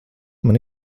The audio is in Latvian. man